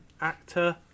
actor